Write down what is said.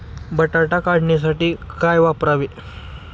बटाटा काढणीसाठी काय वापरावे?